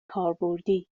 کاربردی